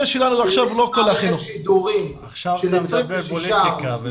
עכשיו אתה מדבר פוליטיקה.